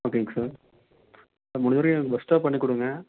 ஓகேங்க sir sir முடிஞ்ச வரையும் எனக்கு பெஸ்ட்டாக பண்ணி கொடுங்க